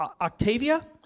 Octavia